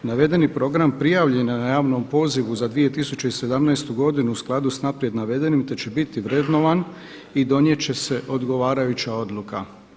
Navedeni program prijavljena na javnom pozivu za 2017. godinu u skladu sa naprijed navedenim, te će biti vrednovan i donijet će se odgovarajuća odluka.